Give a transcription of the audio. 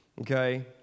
Okay